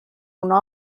una